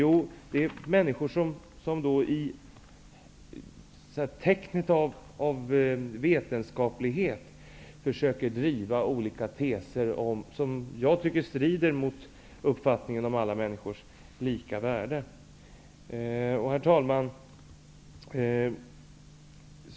Jo, människor som så att säga i tecknet av vetenskaplighet försöker driva olika teser, som jag tycker strider mot uppfattningen om alla människors lika värde. Herr talman!